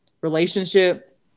relationship